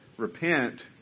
repent